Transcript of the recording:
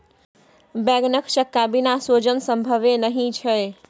बैंगनक चक्का बिना सोजन संभवे नहि छै